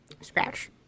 scratch